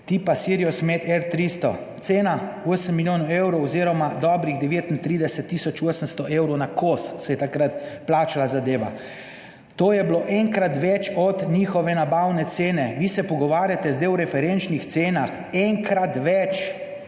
tipa Siriusmed R 300, cena 8 milijonov evrov oziroma dobrih 39 tisoč 800 evrov na kos, se je takrat plačala zadeva. To je bilo enkrat več od njihove nabavne cene! Vi se pogovarjate zdaj o referenčnih cenah, enkrat več